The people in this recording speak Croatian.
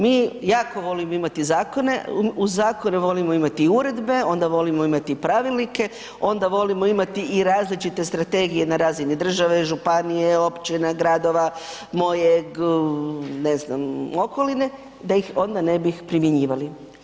Mi jako volimo imati zakone, uz zakone volimo imati i uredbe, onda volimo imati i pravilnike, onda volimo imati i različite strategije na razini države, županije, općina, gradova, mojeg ne znam okoline da ih onda ne bi primjenjivali.